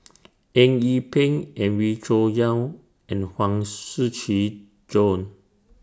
Eng Yee Peng Wee Cho Yaw and Huang Shiqi Joan